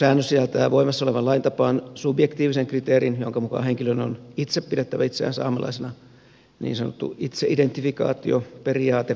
ehdotettu säännös sisältää voimassa olevan lain tapaan subjektiivisen kriteerin jonka mukaan henkilön on itse pidettävä itseään saamelaisena niin sanottu itseidentifikaatioperiaate